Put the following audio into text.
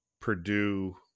Purdue